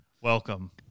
welcome